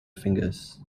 fingers